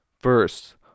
First